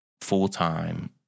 full-time